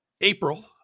April